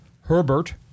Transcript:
Herbert